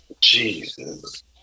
Jesus